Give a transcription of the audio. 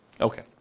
Okay